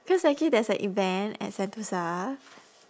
because actually there's a event at sentosa